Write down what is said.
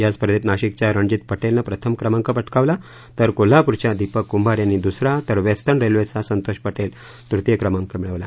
या स्पर्धेत नाशिकच्या रणजीत पटेलनं प्रथम क्रमांक पटकावला तर कोल्हापूरच्या दिपक कुंभार यांनी दुसरा तर वेस्टर्न रेल्वेचा संतोष पटेल तृतीय क्रमांक मिळवला